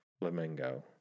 Flamingo